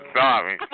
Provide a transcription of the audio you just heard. Sorry